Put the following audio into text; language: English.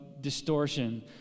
distortion